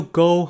go